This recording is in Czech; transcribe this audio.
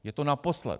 Je to naposled.